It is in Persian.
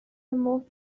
مفت